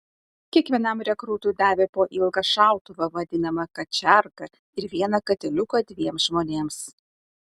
kiekvienam rekrūtui davė po ilgą šautuvą vadinamą kačergą ir vieną katiliuką dviems žmonėms